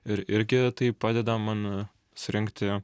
ir irgi tai padeda man surinkti